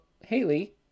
Haley